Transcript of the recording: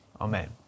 Amen